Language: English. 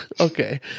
Okay